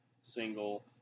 single